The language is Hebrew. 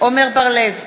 עמר בר-לב,